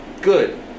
good